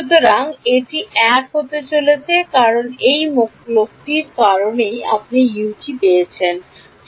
সুতরাং এটি 1 হতে চলেছে কারণ এই লোকটির কারণে এটিই u পেতে চলেছে